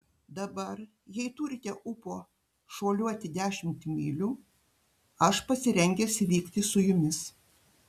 dabar jei turite ūpo šuoliuoti dešimt mylių aš pasirengęs vykti su jumis